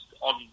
on